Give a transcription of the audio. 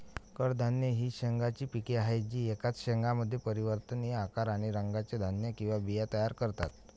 कडधान्ये ही शेंगांची पिके आहेत जी एकाच शेंगामध्ये परिवर्तनीय आकार आणि रंगाचे धान्य किंवा बिया तयार करतात